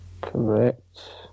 correct